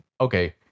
okay